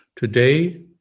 Today